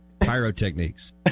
pyrotechnics